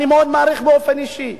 שאני מעריך מאוד באופן אישי,